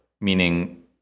meaning